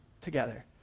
together